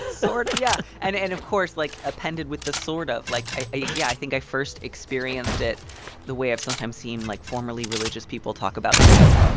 sort yeah. and and of course, like, appended with the sort of. like, yeah, i think i first experienced it the way i've sometimes seen, like, formerly religious people talk about doubt,